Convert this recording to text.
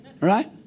Right